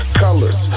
colors